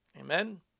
Amen